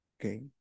okay